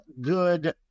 good